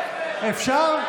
אפשר?